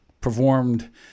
performed